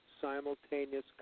simultaneous